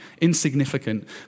insignificant